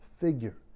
figure